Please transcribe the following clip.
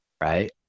right